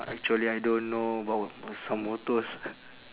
actually I don't know about what some motors